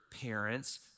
Parents